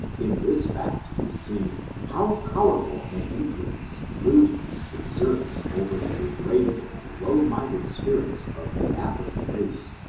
in this fact is seen how powerful an influence lewd ness exerts over the degraded and low-minded spirits of the african race,